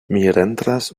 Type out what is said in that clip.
mientras